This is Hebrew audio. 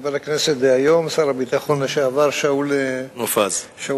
חבר הכנסת דהיום, שר הביטחון לשעבר, שאול מופז.